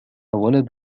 ولد